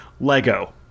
lego